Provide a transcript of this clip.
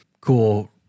cool